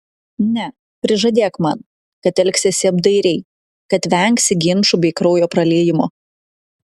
ne prižadėk man kad elgsiesi apdairiai kad vengsi ginčų bei kraujo praliejimo